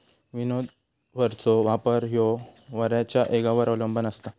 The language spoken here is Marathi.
विनोव्हरचो वापर ह्यो वाऱ्याच्या येगावर अवलंबान असता